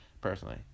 personally